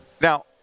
Now